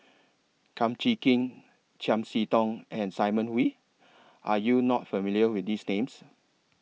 Kum Chee Kin Chiam See Tong and Simon Wee Are YOU not familiar with These Names